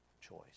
choice